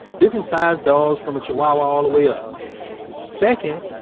different sized dogs from a chihuahua all the way up second,